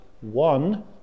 one